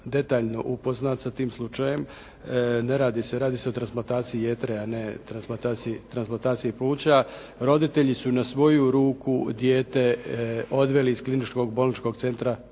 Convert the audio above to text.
detaljno upoznat sa tim slučajem. Ne radi se, radi se o transplantaciji jetre, a ne transplantaciji pluća. Roditelji su na svoju ruku dijete odveli iz Kliničkog bolničkog centra